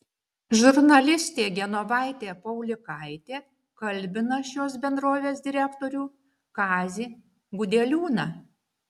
žurnalistė genovaitė paulikaitė kalbina šios bendrovės direktorių kazį gudeliūną